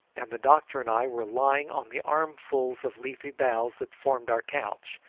and the doctor and i were lying on the armfuls of leafy boughs that formed our couch,